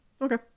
okay